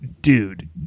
dude